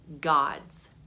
god's